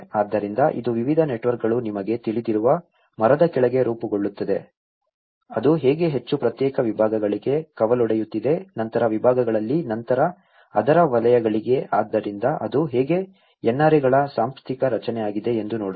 ಆದ್ದರಿಂದ ಇದು ವಿವಿಧ ನೆಟ್ವರ್ಕ್ಗಳು ನಿಮಗೆ ತಿಳಿದಿರುವ ಮರದ ಕೆಳಗೆ ರೂಪುಗೊಳ್ಳುತ್ತದೆ ಅದು ಹೇಗೆ ಹೆಚ್ಚು ಪ್ರತ್ಯೇಕ ವಿಭಾಗಗಳಿಗೆ ಕವಲೊಡೆಯುತ್ತಿದೆ ನಂತರ ವಿಭಾಗಗಳಲ್ಲಿ ನಂತರ ಅದರ ವಲಯಗಳಿಗೆ ಆದ್ದರಿಂದ ಅದು ಹೇಗೆ NRA ಗಳ ಸಾಂಸ್ಥಿಕ ರಚನೆ ಆಗಿದೆ ಎಂದು ನೋಡೋಣ